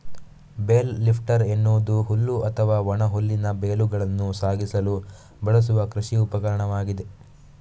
bale lifter ಎನ್ನುವುದು ಹುಲ್ಲು ಅಥವಾ ಒಣ ಹುಲ್ಲಿನ ಬೇಲುಗಳನ್ನು ಸಾಗಿಸಲು ಬಳಸುವ ಕೃಷಿ ಉಪಕರಣವಾಗಿದೆ